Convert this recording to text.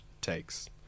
takes